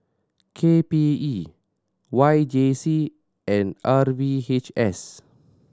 K P E Y J C and R V H S